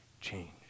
change